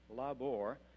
labor